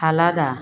ফালাডা